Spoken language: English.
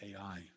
AI